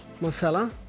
Marcella